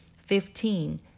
Fifteen